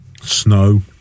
Snow